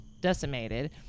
decimated